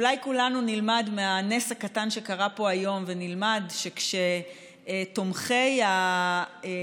אולי כולנו נלמד מהנס הקטן שקרה פה היום ונלמד שכשתומכי הליברלים,